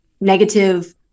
negative